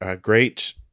great